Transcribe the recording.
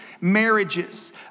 marriages